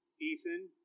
Ethan